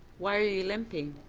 why are you limping?